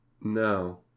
No